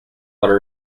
para